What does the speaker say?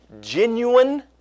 genuine